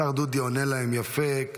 השר דודי אמסלם עונה להם יפה,